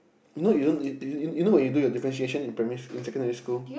you know you don't you you you know when you do your differentiation in primary in secondary school